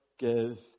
give